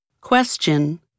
Question